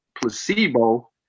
placebo